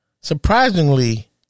surprisingly